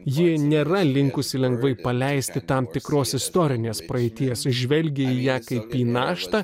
ji nėra linkusi lengvai paleisti tam tikros istorinės praeities žvelgia į ją kaip į naštą